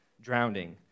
drowning